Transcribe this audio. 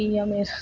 जियां मेरा